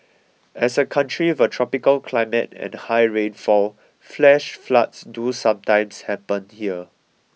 as a country with a tropical climate and high rainfall flash floods do sometimes happen here